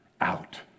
out